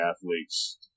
athletes